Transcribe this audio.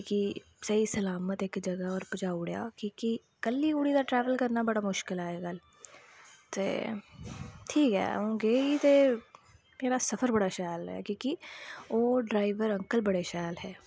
की स्हेई सलामत इक्क जगह होर पजाई ओड़ेआ की के कल्ली कुड़ी दा ट्रैवल करना बड़ा मुश्कल ऐ अज्जकल ते ठीक ऐ अंऊ गेई ते मेरा सफर बड़ा शैल होया की के ओह् डरैबर अंकल बड़े शैल हे